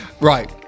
Right